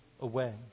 away